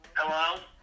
Hello